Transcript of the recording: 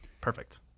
Perfect